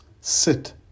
sit